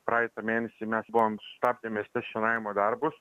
praeitą mėnesį mes buvom sustabdę mieste šienavimo darbus